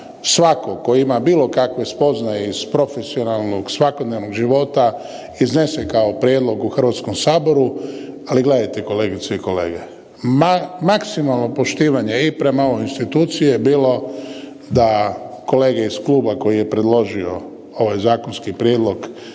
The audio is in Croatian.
svatko tko ima bilo kakve spoznaje iz profesionalnog svakodnevnog života iznese kao prijedlog u Hrvatskom saboru, ali gledajte kolegice i kolege, maksimalno poštivanje i prema ovoj instituciji je bilo da kolege iz kluba koji je predložio ovaj zakonski prijedlog